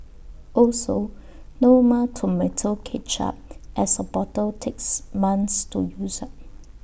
also no more Tomato Ketchup as A bottle takes months to use up